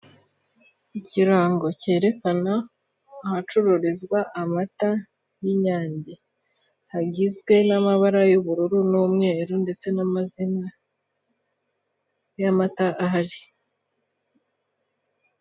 Ikirango kwerekana ahacururizwa amata y'inyange bagizwe n'amabara y'Uburundi n'umweru ndetse n'amazina y'amata ahari.